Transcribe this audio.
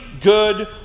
good